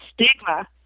stigma